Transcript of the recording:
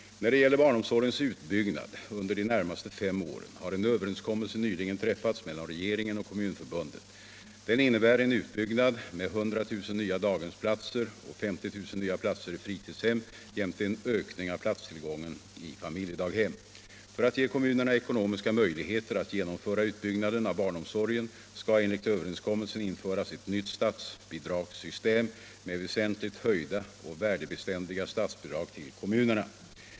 När det gäller barnomsorgens utbyggnad under de närmaste fem åren har en överenskommelse nyligen träffats mellan regeringen och Kommunförbundet. Den innebär en utbyggnad med 100 000 nya daghemsplatser och 50 000 nya platser i fritidshem jämte en ökning av platstillgången i familjedaghem. För att ge kommunerna ekonomiska möjligheter att genomföra utbyggnaden av barnomsorgen skall enligt överenskommelsen införas ett nytt statsbidragssystem med väsentligt höjda och värdebeständiga statsbidrag till kommunerna.